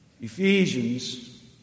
Ephesians